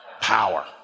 power